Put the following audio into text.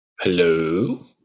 Hello